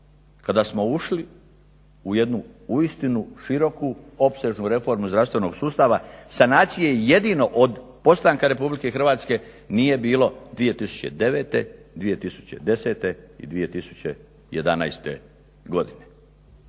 Kada smo ušli u jednu uistinu široku, opsežnu reformu zdravstvenog sustava sanacije jedino od postanka Republike Hrvatske nije bilo 2009., 2010. i 2011. godine.